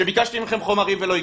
כשביקשתי מכם חומרים ולא הגיעו,